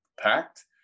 packed